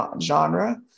genre